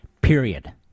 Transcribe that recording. Period